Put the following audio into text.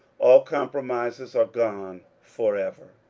all compromises are gone forever.